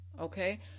okay